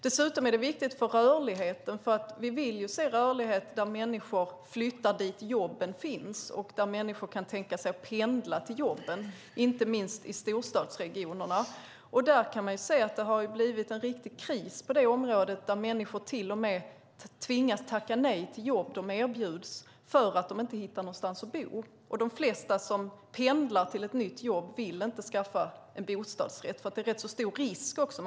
Dessutom är det viktigt för rörligheten. Vi vill ju se rörlighet, där människor flyttar dit jobben finns och där människor kan tänka sig att pendla till jobben, inte minst i storstadsregionerna. Man kan se att det har blivit en riktig kris på det området, där människor till och med tvingas tacka nej till jobb som de erbjuds därför att de inte hittar någonstans att bo. De flesta som pendlar till ett nytt jobb vill inte skaffa en bostadsrätt, eftersom det är rätt stor risk också.